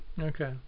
Okay